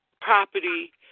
property